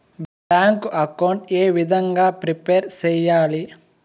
Bank account ఏ విధంగా prepare సెయ్యాలి?